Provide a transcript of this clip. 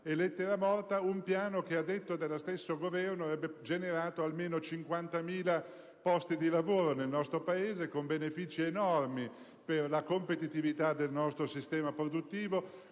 è lettera morta, un piano che, a detta dello stesso Governo, avrebbe generato almeno 50.000 posti di lavoro nel nostro Paese, con benefici enormi per la competitività del nostro sistema produttivo,